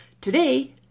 Today